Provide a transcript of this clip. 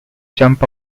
jump